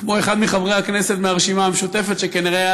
כמו אחד מחברי הכנסת מהרשימה המשותפת שכנראה היה